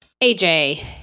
AJ